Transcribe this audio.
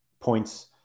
points